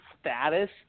Status